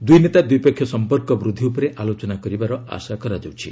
ଦୁଇ ନେତା ଦ୍ୱିପକ୍ଷୀୟ ସଂପର୍କ ବୃଦ୍ଧି ଉପରେ ଆଲୋଚନା କରିବାର ଆଶା କରାଯାଉଛି